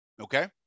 Okay